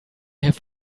have